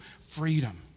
freedom